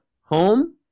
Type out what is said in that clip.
home